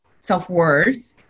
self-worth